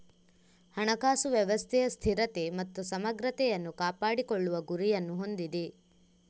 ಹಣಕಾಸು ವ್ಯವಸ್ಥೆಯ ಸ್ಥಿರತೆ ಮತ್ತು ಸಮಗ್ರತೆಯನ್ನು ಕಾಪಾಡಿಕೊಳ್ಳುವ ಗುರಿಯನ್ನು ಹೊಂದಿದೆ